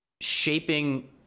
shaping